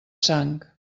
sang